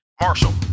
Marshall